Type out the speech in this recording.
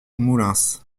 moulins